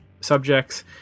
subjects